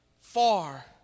far